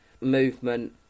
movement